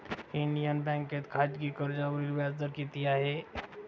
Indian बँकेत खाजगी कर्जावरील व्याजदर किती आहे?